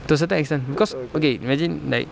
to a certain extent because okay imagine like